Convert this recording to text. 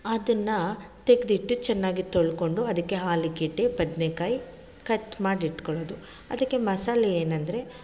ಅದನ್ನು ತೆಗ್ದಿಟ್ಟು ಚೆನ್ನಾಗಿ ತೊಳ್ಕೊಂಡು ಅದಕ್ಕೆ ಆಲೂಗೆಡ್ಡೆ ಬದ್ನೇಕಾಯಿ ಕಟ್ ಮಾಡಿಟ್ಕೊಳ್ಳೋದು ಅದಕ್ಕೆ ಮಸಾಲೆ ಏನೆಂದರೆ